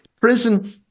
prison